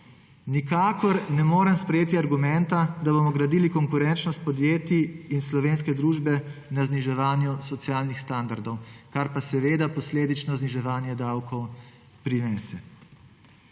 Nikakor ne morem sprejeti argumenta, da bomo gradili konkurenčnost podjetij in slovenske družbe na zniževanju socialnih standardov, kar pa seveda posledično zniževanje davkov prinese.